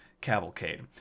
cavalcade